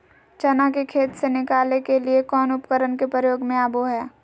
चना के खेत से निकाले के लिए कौन उपकरण के प्रयोग में आबो है?